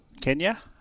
Kenya